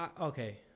okay